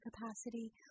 capacity